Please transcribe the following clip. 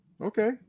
Okay